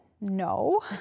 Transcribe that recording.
no